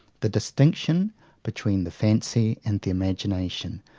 the distinction between the fancy and the imagination,